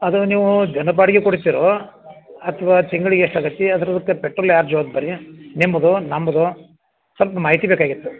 ಅದು ನೀವು ದಿನ ಬಾಡಿಗೆ ಕೊಡ್ತಿರೋ ಅಥ್ವಾ ತಿಂಗಳಿಗೆ ಎಷ್ಟು ಆಗತ್ತೆ ಅದ್ರ ಲೆಕ್ಕ ಪೆಟ್ರೋಲ್ ಯಾರ ಜವಾಬ್ದಾರಿ ನಿಮ್ಮದೋ ನಮ್ಮದೋ ಸ್ವಲ್ಪ ಮಾಹಿತಿ ಬೇಕಾಗಿತ್ತು